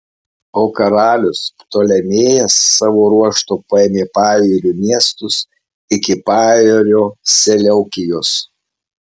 o karalius ptolemėjas savo ruožtu paėmė pajūrio miestus iki pajūrio seleukijos